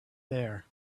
there